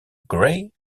gray